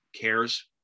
cares